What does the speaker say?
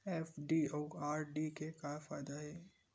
FD अउ RD के का फायदा हे?